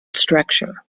structure